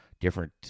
different